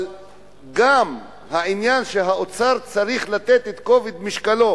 אבל העניין הוא שגם האוצר צריך לתת את כובד משקלו